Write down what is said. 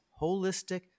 holistic